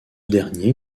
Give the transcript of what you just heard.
dernier